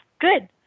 Good